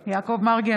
אינו נוכח יעקב מרגי,